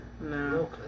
No